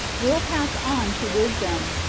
will pass on to wisdom.